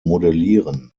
modellieren